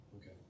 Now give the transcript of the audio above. Okay